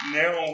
now